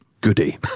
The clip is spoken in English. goody